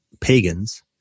pagans